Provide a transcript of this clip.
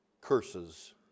curses